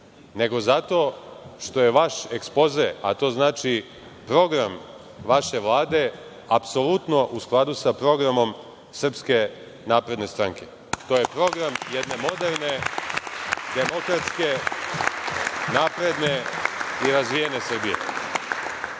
nego zato što je vaš ekspoze, a to znači program vaše Vlade apsolutno u skladu sa program SNS. To je program jedne moderne, demokratske, napredne i razvijene Srbije. Takođe